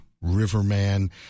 Riverman